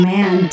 Man